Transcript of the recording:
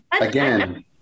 again